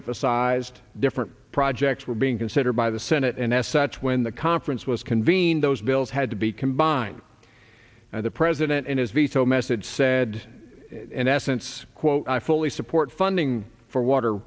emphasized different projects were being considered by the senate and as such when the conference was convened those bills had to be combined and the president in his veto message said in essence quote i fully support funding for water